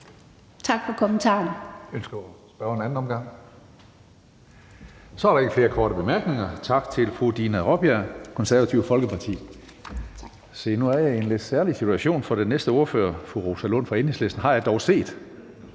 Tak for kommentaren.